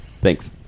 Thanks